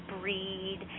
breed